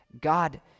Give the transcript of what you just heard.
God